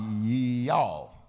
Y'all